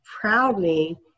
proudly